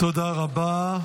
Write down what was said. תודה רבה.